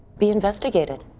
be investigated,